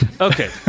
Okay